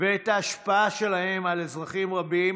ואת ההשפעה שלהם על אזרחים רבים,